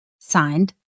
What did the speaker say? Signed